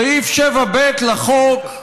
סעיף 7(ב) לחוק,